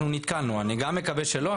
גם אני מקווה שלא.